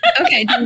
Okay